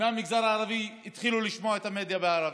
מהמגזר הערבית התחילו לשמוע את המדיה בערבית.